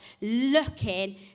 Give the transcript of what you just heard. looking